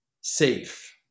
safe